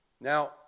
Now